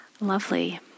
lovely